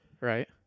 right